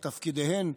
את תפקידיהן,